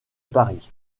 paris